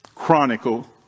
chronicle